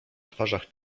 twarzach